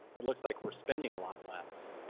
it looks like we're spending a lot less.